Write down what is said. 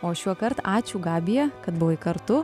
o šiuokart ačiū gabija kad buvai kartu